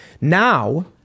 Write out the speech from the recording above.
Now